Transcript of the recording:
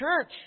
church